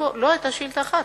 לא, היתה שאילתא אחת.